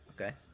Okay